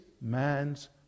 man's